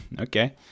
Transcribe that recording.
Okay